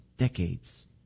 decades